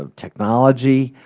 ah technology.